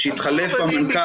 כשהתחלף המנכ"ל.